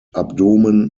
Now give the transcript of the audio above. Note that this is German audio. abdomen